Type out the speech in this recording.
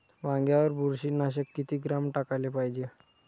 वांग्यावर बुरशी नाशक किती ग्राम टाकाले पायजे?